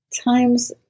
times